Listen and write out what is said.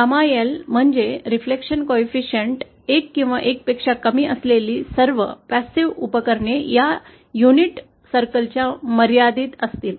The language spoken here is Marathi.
𝜞 म्हणजेच परावर्तन गुणांक असलेले किंवा 1 पेक्षा कमी असलेले सर्व निष्क्रिय उपकरण या युनिट वर्तुळात मर्यादित असतील